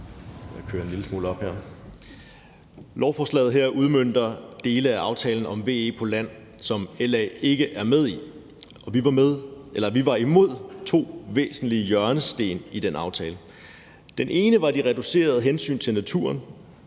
Lovforslaget her udmønter dele af aftalen om VE på land, som Liberal Alliance ikke er med i. Vi var imod to væsentlige hjørnesten i den aftale. Den ene var de reducerede hensyn til naturen.